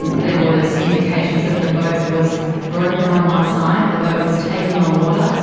there was indications that the boat was broken on one side, the boat was taking on water,